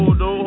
no